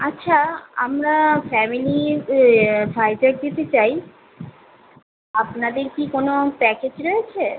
আচ্ছা আমরা ফ্যামিলি ভাইজ্যাক যেতে চাই আপনাদের কি কোনও প্যাকেজ রয়েছে